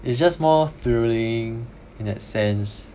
it's just more thrilling in that sense